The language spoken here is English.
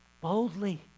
boldly